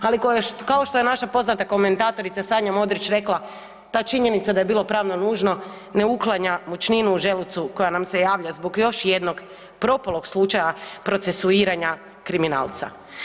Ali kao što je naša poznata komentatorica Sanja Modrić rekla ta činjenica da je bilo pravno nužno ne uklanja mučninu u želucu koja nam se javlja zbog jednog propalog slučaja procesuiranja kriminalca.